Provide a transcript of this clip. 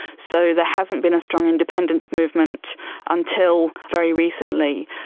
so there hasn't been a strong independence movement until very recently.